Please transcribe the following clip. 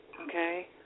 Okay